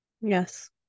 Yes